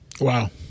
Wow